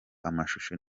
amashusho